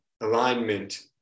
alignment